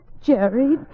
Jerry